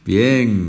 Bien